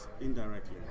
indirectly